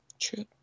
True